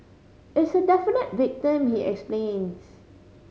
it's a definite victim he explains